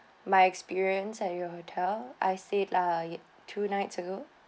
my experience at your hotel I stayed like two nights ago